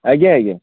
ଆଜ୍ଞା ଆଜ୍ଞା